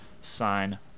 sign